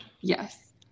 Yes